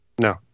No